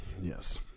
Yes